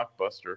Blockbuster